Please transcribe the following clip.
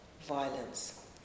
violence